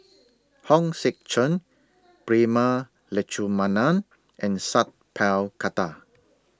Hong Sek Chern Prema Letchumanan and Sat Pal Khattar